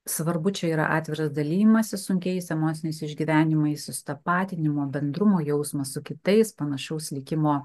svarbu čia yra atviras dalijimasis sunkiais emociniais išgyvenimais susitapatinimo bendrumo jausmas su kitais panašaus likimo